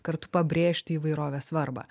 kartu pabrėžti įvairovės svarbą